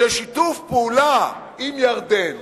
ששיתוף פעולה עם ירדן